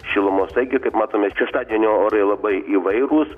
šilumos taigi kaip matome šeštadienio orai labai įvairūs